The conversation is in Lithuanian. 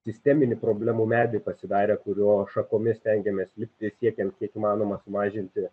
sisteminį problemų medį pasidarę kurio šakomis stengiamės lipti siekiant kiek įmanoma sumažinti